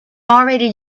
already